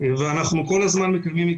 כולנו לאותה